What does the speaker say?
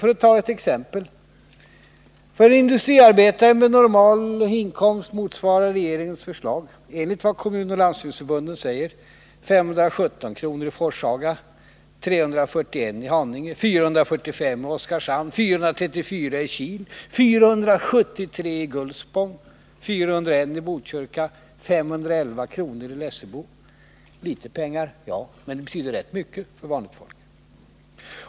Låt mig ta ett exempel: För en industriarbetare med normalinkomst motsvarar regeringens förslag enligt Kommunförbundet och Landstingsförbundet 517 kr. i Forshaga, 341 kr. i Haninge, 445 kr. i Oskarshamn, 434 kr. i Kil, 473 kr. i Gullspång, 401 kr. i Botkyrka och 511 kr. i Lessebo. Litet pengar — ja, men det betyder rätt mycket för vanligt folk.